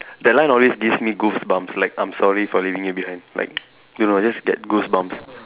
that line always gives me goosebumps like I'm sorry for leaving you behind like don't know just get goosebumps